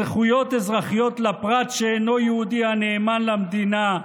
זכויות אזרחיות לפרט שאינו יהודי הנאמן למדינה,